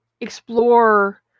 explore